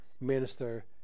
minister